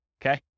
Okay